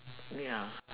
ya